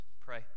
pray